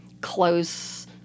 close